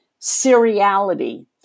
seriality